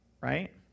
right